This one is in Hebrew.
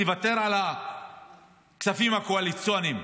תוותר על הכספים הקואליציוניים,